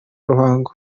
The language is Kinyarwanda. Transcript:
ruhango